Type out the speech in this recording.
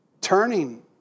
turning